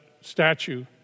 statue